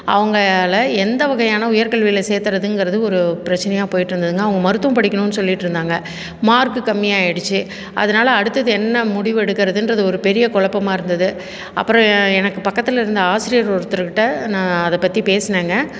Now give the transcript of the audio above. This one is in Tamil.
அவங்களை எந்த வகையான உயர் கல்வியில் சேர்த்துறதுங்குறது ஒரு பிரச்சனையாக போயிட்டு இருந்ததுங்க அவங்க மருத்துவம் படிக்கணும்னு சொல்லிக்கிட்டு இருந்தாங்க மார்க்கும் கம்மியாக ஆகிடுச்சு அதனால் அடுத்தது என்ன முடிவு எடுக்கிறதுன்றது ஒரு பெரிய குழப்பமாக இருந்தது அப்புறம் எனக்கு பக்கத்தில் இருந்த ஆசிரியர் ஒருத்தர்கிட்ட நான் அதைப் பற்றி பேசினேங்க